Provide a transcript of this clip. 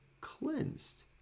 cleansed